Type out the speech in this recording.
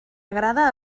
agrada